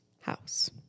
house